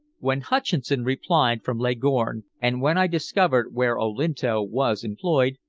when hutcheson replied from leghorn, and when i discovered where olinto was employed,